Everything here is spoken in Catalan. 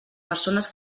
persones